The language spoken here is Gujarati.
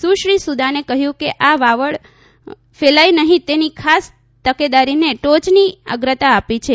સુશ્રી સુદાને કહ્યું કે આ વાવાર ફેલાય નહીં તેની ખાસ તકેદારીને ટોચની અગ્રતા આપી છે